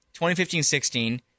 2015-16 –